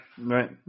right